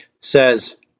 says